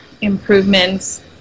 improvements